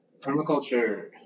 permaculture